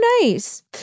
nice